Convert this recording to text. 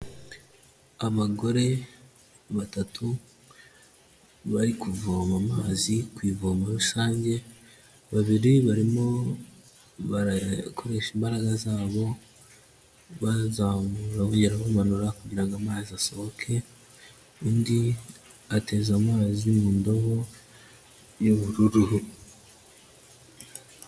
Abagore batatu bari kuvoma amazi ku ivomo rusange, babiri barimo barakoresha imbaraga zabo, bazamura bongera bamanura kugira ngo amazi asohoke, undi ateze amazi mu ndobo y'ubururu.